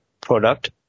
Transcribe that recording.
product